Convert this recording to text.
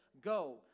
go